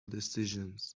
decisions